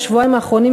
בשבועיים האחרונים,